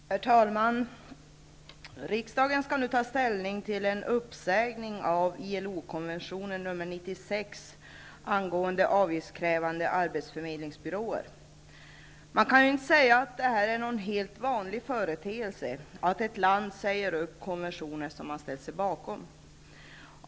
Herr talman! Riksdagen skall nu ta ställning till en uppsägning av ILO-konvention nr 96 angående avgiftskrävande arbetsförmedlingsbyråer. Man kan säga att det inte är någon helt vanlig företeelse, att ett land säger upp konventioner som man har ställt sig bakom.